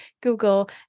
Google